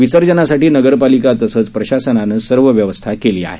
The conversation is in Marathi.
विसर्जनासाठी नगरपालिका तसंच प्रशासनानं सर्व व्यवस्था केली आहे